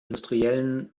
industriellen